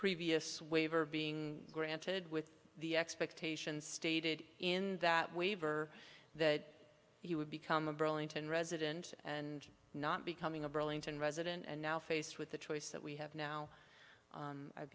previous waiver being granted with the expectations stated in that waiver that he would become a burlington resident and not becoming a burlington resident and now faced with the choice that we have now